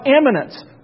eminence